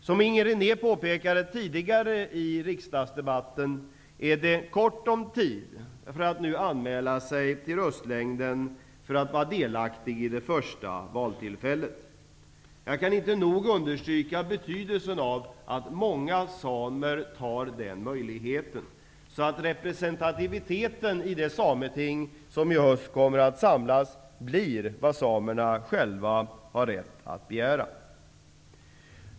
Som Inger René påpekade tidigare i riksdagsdebatten, är det kort om tid för att nu anmäla sig till röstlängden för att vara delaktig i det första valtillfället. Jag kan inte nog understryka betydelsen av att många samer tar den möjligheten, så att representativiteten i det sameting som i höst kommer att samlas blir vad samerna själva har rätt att begära.